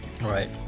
Right